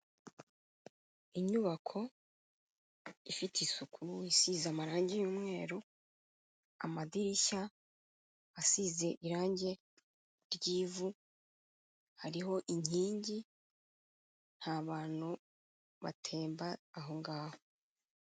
Inyubako ifite isuku isize amarangi y'umweru, amadirishya asize irangi ry'ivu, hariho inkingi nta bantu batemba aho ngaho.